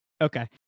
Okay